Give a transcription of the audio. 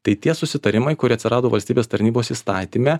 tai tie susitarimai kurie atsirado valstybės tarnybos įstatyme